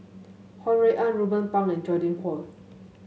Ho Rui An Ruben Pang and Godwin Koay